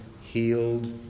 healed